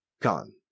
Gone